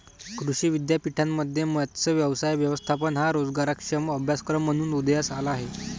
कृषी विद्यापीठांमध्ये मत्स्य व्यवसाय व्यवस्थापन हा रोजगारक्षम अभ्यासक्रम म्हणून उदयास आला आहे